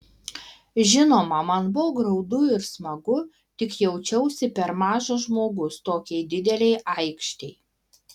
žinoma man buvo graudu ir smagu tik jaučiausi per mažas žmogus tokiai didelei aikštei